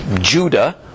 Judah